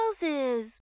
houses